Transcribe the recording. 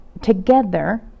together